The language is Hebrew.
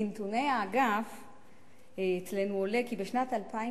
מנתוני האגף אצלנו עולה כי בשנת 2009